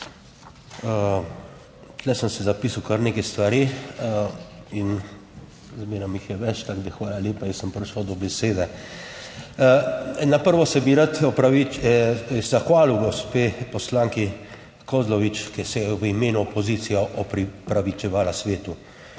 Tu sem si zapisal kar nekaj stvari in zmeraj jih je več, tako da hvala lepa, jaz sem prišel do besede. Na prvo se bi rad zahvalil gospe poslanki Kozlovič, ki se je v imenu opozicije opravičevala svetu.